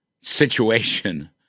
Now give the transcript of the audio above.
situation